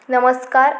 नमस्कार